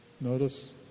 notice